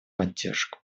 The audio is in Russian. поддержку